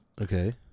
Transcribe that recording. Okay